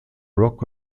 rock